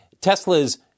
Tesla's